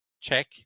Check